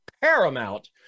paramount